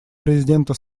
президента